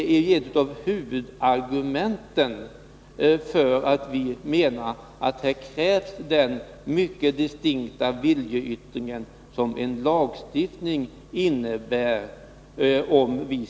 Det är ett av huvudargumenten för vår uppfattning att det här krävs den mycket distinkta viljeyttring som en lagstiftning innebär.